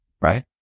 right